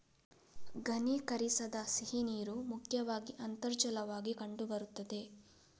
ಘನೀಕರಿಸದ ಸಿಹಿನೀರು ಮುಖ್ಯವಾಗಿ ಅಂತರ್ಜಲವಾಗಿ ಕಂಡು ಬರುತ್ತದೆ